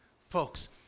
Folks